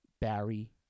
Barry